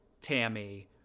Tammy